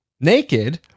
naked